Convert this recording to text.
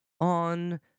on